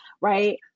right